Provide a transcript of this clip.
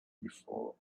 before